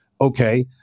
Okay